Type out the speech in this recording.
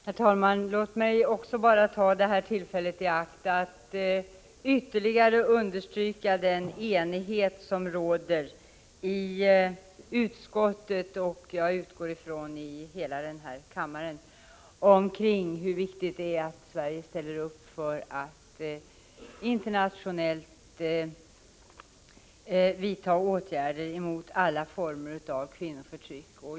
Herr talman! Låt mig också bara ta det här tillfället i akt att ytterligare understryka den enighet som råder i utskottet och — utgår jag från — i hela denna kammare om hur viktigt det är att Sverige ställer upp för att internationellt vidta åtgärder mot alla former av kvinnoförtryck.